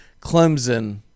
Clemson